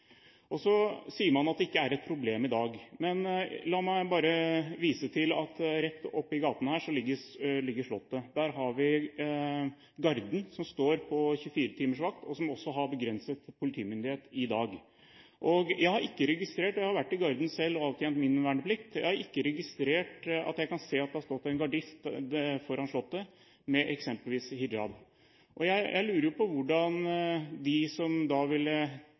Så sier man at det ikke er et problem i dag. La meg da bare vise til at rett oppe i gaten her ligger Slottet. Der har vi Garden, som står på 24-timersvakt, og som også har begrenset politimyndighet i dag. Jeg har ikke registrert – og jeg har vært i Garden selv og avtjent min verneplikt der – at det har stått en gardist foran Slottet med eksempelvis hijab. Jeg lurer på hvordan de som